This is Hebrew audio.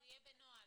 זה יהיה בנוהל.